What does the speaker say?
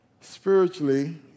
spiritually